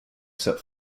set